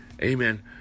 amen